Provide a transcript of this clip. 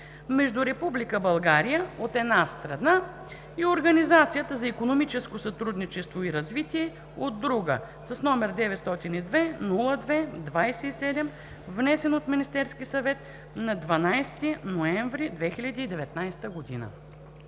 между Република България, от една страна, и Организацията за икономическо сътрудничество и развитие (ОИСР), от друга, № 902-02-27, внесен от Министерския съвет нa 12 ноември 2019 г.“